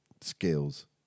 skills